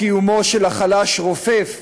קיומו של החלש רופף.